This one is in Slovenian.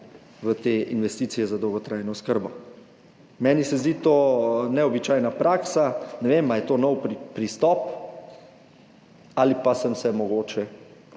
v te investicije za dolgotrajno oskrbo. Meni se zdi to neobičajna praksa. Ne vem, ali je to nov pristop ali pa sem se mogoče